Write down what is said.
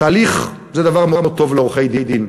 תהליך זה דבר מאוד טוב לעורכי-דין.